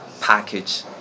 package